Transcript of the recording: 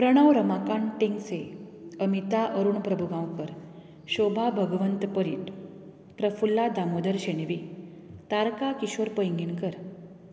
Pranav Ramakant Tengse Amita Arun Prabhugaonkar Shobha Bhagwant Parit Prafulla Damodar Shenvi Taraka Kishore Painginkar